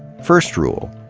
first rule.